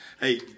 hey